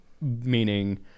meaning